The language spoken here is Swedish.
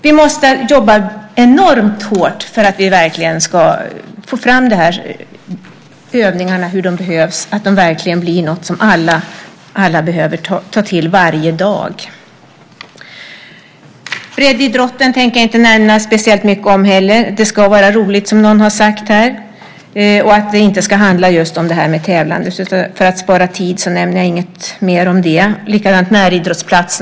Vi måste jobba enormt hårt för att få fram att alla behöver ta till sig av dessa övningar varje dag. Jag tänkte inte nämna breddidrotten. Det ska vara roligt, som någon har sagt. Det ska inte handla om tävlande. För att spara tid nämner jag inget mer om det. Det gäller likaså näridrottsplatserna.